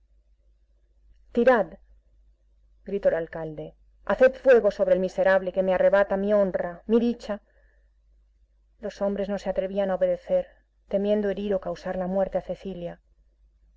gritó el alcalde haced fuego sobre el miserable que me arrebata mi honra mi dicha los hombres no se atrevían a obedecer temiendo herir o causar la muerte a cecilia